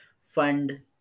fund